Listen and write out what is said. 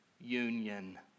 union